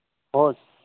हो